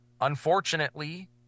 Unfortunately